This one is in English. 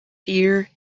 fear